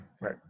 Right